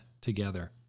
together